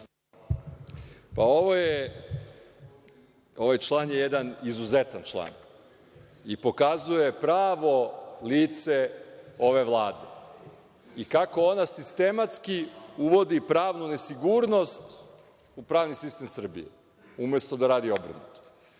Đurišić** Ovaj član je jedan izuzetan član i pokazuje pravo lice ove Vlade, i kako ona sistematski uvodi pravnu nesigurnost u pravni sistem Srbije, umesto da radi obrnuto.